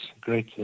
great